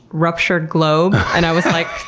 ruptured globe, and i was like,